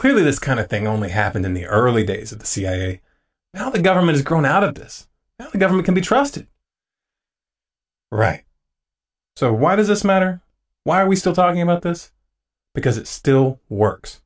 clearly this kind of thing only happened in the early days of the cia how the government has grown out of this government can be trusted right so why does this matter why are we still talking about this because it still works